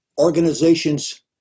organizations